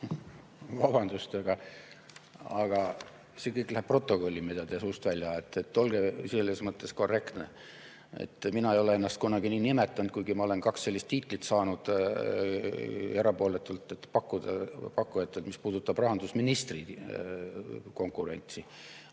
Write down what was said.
aga see kõik läheb [stenogrammi], mida te suust välja ajate. Olge selles mõttes korrektne. Mina ei ole ennast kunagi nii nimetanud, kuigi ma olen kaks sellist tiitlit saanud erapooletutelt pakkujatelt, mis puudutab rahandusministri konkurentsi.